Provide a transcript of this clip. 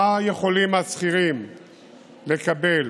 מה יכולים השכירים לקבל,